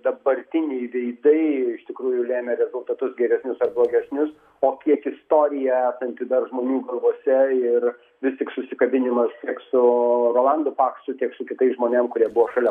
dabartiniai veidai iš tikrųjų lemia rezultatus geresnius ar blogesnius o kiek istorija esanti dar žmonių galvose ir vis tik susikabinimas tiek su rolandu paksu tiek su kitais žmonėm kurie buvo šalia